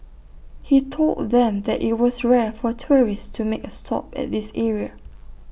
he told them that IT was rare for tourists to make A stop at this area